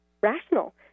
rational